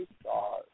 Stars